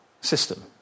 system